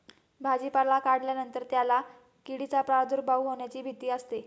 भाजीपाला काढल्यानंतर त्याला किडींचा प्रादुर्भाव होण्याची भीती असते